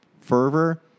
fervor